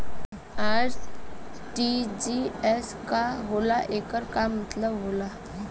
RTGS का होला एकर का मतलब होला?